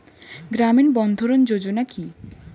গ্রামীণ বন্ধরন যোজনা কি?